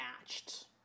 matched